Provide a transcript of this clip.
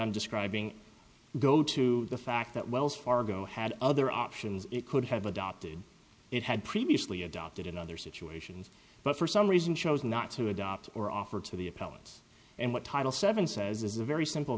i'm describing go to the fact that wells fargo had other options it could have adopted it had previously adopted in other situations but for some reason chose not to adopt or offer to the appellants and what title seven says is a very simple